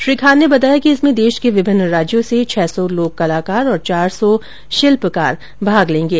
श्री खान ने बताया कि इसमें देश के विभिन्न राज्यों से छह सौ लोक कलाकार और चार सौ शिल्पकार भाग लेंगें